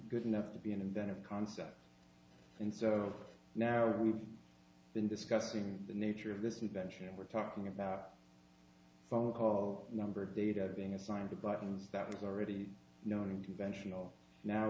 good enough to be an inventive concept and so now we've been discussing the nature of this invention and we're talking about phone call number of data being assigned to buttons that was already known and conventional now